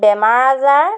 বেমাৰ আজাৰ